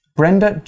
Brenda